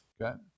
Okay